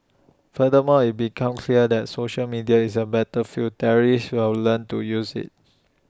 furthermore IT becomes clear that social media is A battlefield terrorists will learn to use IT